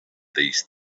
these